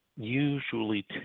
usually